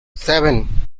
seven